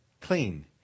clean